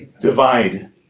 Divide